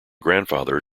grandfather